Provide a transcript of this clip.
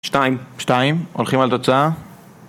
2 2, הולכים על תוצאה